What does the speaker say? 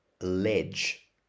ledge